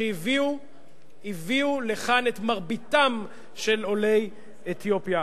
שהביאו לכאן את מרבית עולי אתיופיה.